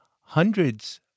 hundreds